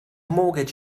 mortgage